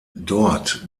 dort